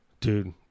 Dude